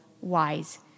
wise